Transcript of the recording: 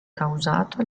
causato